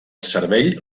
cervell